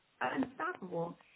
unstoppable